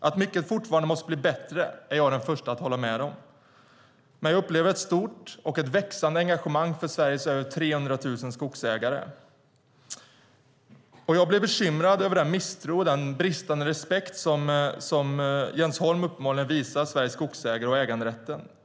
Att mycket fortfarande måste bli bättre är jag den förste att hålla med om, men jag upplever ett stort och ett växande engagemang för Sveriges över 300 000 skogsägare. Jag blir bekymrad över den misstro och den bristande respekt som Jens Holm uppenbarligen visar Sveriges skogsägare och äganderätten.